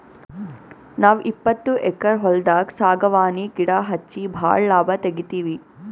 ನಾವ್ ಇಪ್ಪತ್ತು ಎಕ್ಕರ್ ಹೊಲ್ದಾಗ್ ಸಾಗವಾನಿ ಗಿಡಾ ಹಚ್ಚಿ ಭಾಳ್ ಲಾಭ ತೆಗಿತೀವಿ